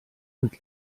und